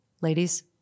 ladies